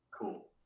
Cool